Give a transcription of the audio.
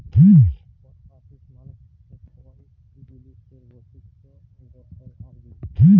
properties মালে হছে কল জিলিসের বৈশিষ্ট গঠল আর বিদ্যা